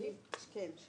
של